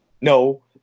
No